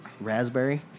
Raspberry